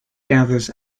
gathers